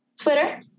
Twitter